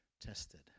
tested